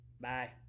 Bye